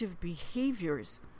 behaviors